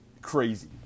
Crazy